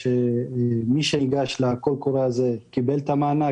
מי שניגש לקול הקורא הזה קיבל את המענק.